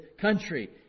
country